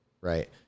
right